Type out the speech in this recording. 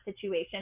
situation